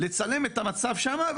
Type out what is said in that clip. לצלם את המצב שם,